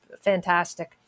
fantastic